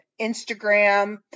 Instagram